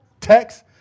text